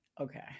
Okay